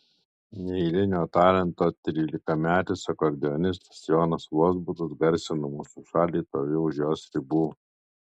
neeilinio talento trylikametis akordeonistas jonas vozbutas garsina mūsų šalį toli už jos ribų